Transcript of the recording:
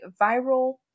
viral